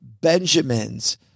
Benjamins